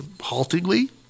haltingly